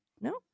No